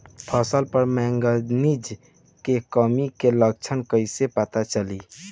फसल पर मैगनीज के कमी के लक्षण कइसे पता चली?